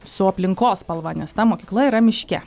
su aplinkos spalva nes ta mokykla yra miške